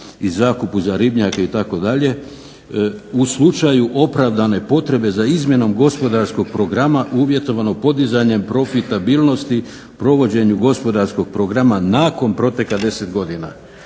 i zakupu za ribnjake itd. u slučaju opravdane potrebe za izmjenom gospodarskog programa uvjetovano podizanjem profitabilnosti, provođenju gospodarskog programa nakon proteka 10 godina.